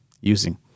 using